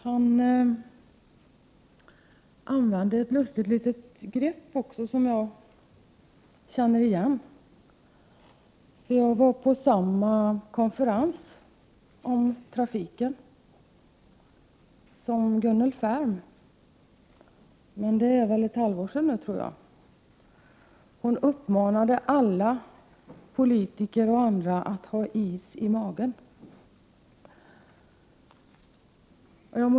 Han använde också ett lustigt litet grepp, som jag känner igen, eftersom jag var på samma konferens om trafiken som Gunnel Färm för ungefär ett halvår sedan. Hon uppmanade alla, politiker och andra, att ha is i magen.